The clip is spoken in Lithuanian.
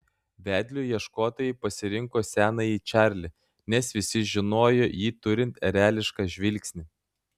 vedliu ieškotojai pasirinko senąjį čarlį nes visi žinojo jį turint erelišką žvilgsnį